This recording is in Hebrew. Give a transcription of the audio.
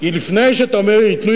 שלפני שאתה אומר "ייתנו,